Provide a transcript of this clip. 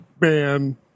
Man